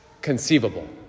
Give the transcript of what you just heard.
conceivable